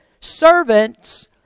Servants